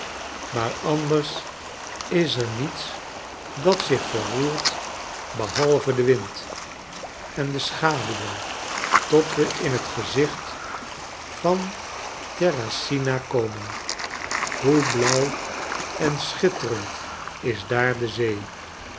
maar anders is er niets dat zich verroert behalve de wind en de schaduwen tot we in het gezicht van terracina komen hoe blauw en schitterend is daar de zee